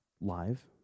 live